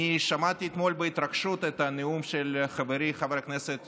שמעתי אתמול בהתרגשות את הנאום של חברי חבר הכנסת